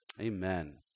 Amen